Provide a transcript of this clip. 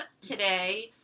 today